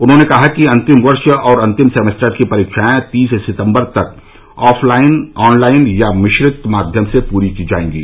उन्होंने कहा कि अंतिम वर्ष और अंतिम सेमेस्टर की परीक्षाएं तीस सितम्बर तक ऑफलाइन ऑनलाइन या मिश्रित माध्यम से पूरी की जाएंगी